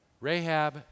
Rahab